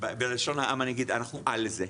בלשון העם אני אגיד, אנחנו על זה.